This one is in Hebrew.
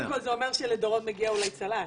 קודם כל, זה אומר שלדורון מגיע אולי צל"ש.